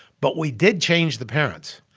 but we did change the parents.